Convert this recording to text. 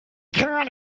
gral